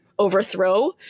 overthrow